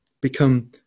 become